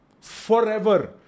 Forever